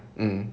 mm